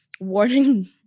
warning